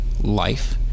life